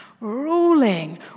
ruling